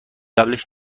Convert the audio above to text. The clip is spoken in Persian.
قبلش